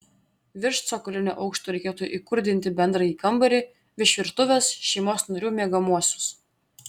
virš cokolinio aukšto reikėtų įkurdinti bendrąjį kambarį virš virtuvės šeimos narių miegamuosius